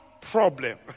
problem